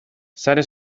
sare